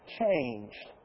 changed